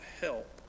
help